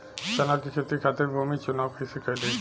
चना के खेती खातिर भूमी चुनाव कईसे करी?